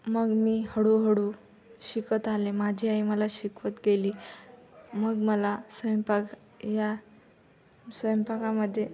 मग मी हळूहळू शिकत आले माझी आई मला शिकवत गेली मग मला स्वयंपाक या स्वयंपाकामध्ये